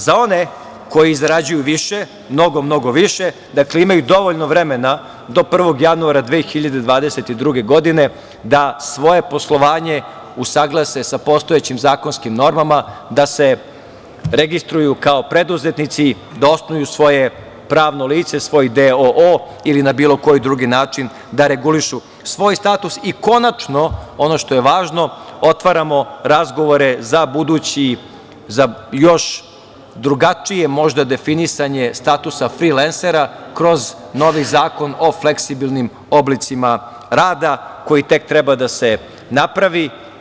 Za one koji zarađuju više, mnogo, mnogo više, dakle, imaju dovoljno vremena do 1. januara 2022. godine da svoje poslovanje usaglase sa postojećim zakonskim normama, da se registruju kao preduzetnici, da osnuju svoje pravno lice, svoj d.o.o. ili na bilo koji drugi način da regulišu svoj status i konačno, ono što je važno, otvaramo razgovore za budući, za još drugačije možda definisanje statusa frilensera kroz novi zakon o fleksibilnim oblicima rada koji tek treba da se napravi.